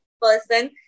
person